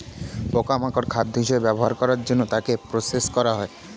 পোকা মাকড় খাদ্য হিসেবে ব্যবহার করার জন্য তাকে প্রসেস করা হয়